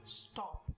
stop